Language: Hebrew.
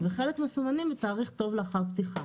וחלק מסומנים בתאריך "טוב לאחר פתיחה".